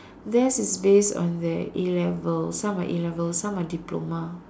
theirs is based on their A-levels some are A-levels some are diploma